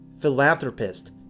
Philanthropist